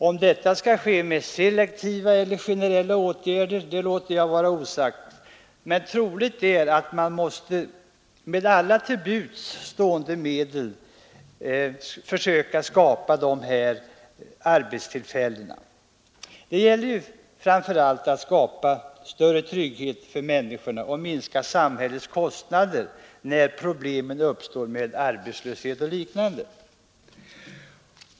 Om detta skall ske med selektiva eller generella åtgärder låter jag vara osagt, men troligt är att man måste med alla till buds stående medel försöka skapa dessa arbetstillfällen. Det gäller framför allt att skapa större trygghet för människorna och minska samhällets kostnader när problem uppstår med arbetslöshet och liknande.